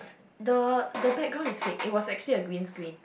the the background is fake it was actually a green screen